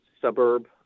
suburb